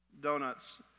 donuts